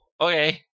okay